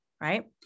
right